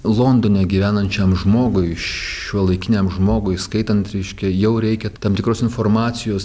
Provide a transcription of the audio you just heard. londone gyvenančiam žmogui šiuolaikiniam žmogui skaitant reiškia jau reikia tam tikros informacijos